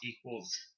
equals